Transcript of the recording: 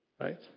Right